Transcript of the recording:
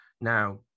Now